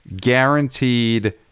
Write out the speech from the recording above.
guaranteed